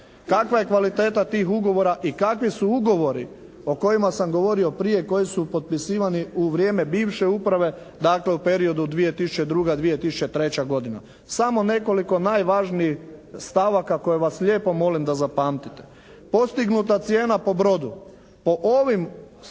kakva je kvaliteta tih ugovora i kakvi su ugovori o kojima sam govorio prije, koji su potpisivani u vrijeme bivše uprave dakle, u periodu 2002.-2003. godina? Samo nekoliko najvažnijih stavaka koje vas lijepo molim da zapamtite. Postignuta cijena po brodu po ovim ugovorima